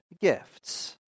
gifts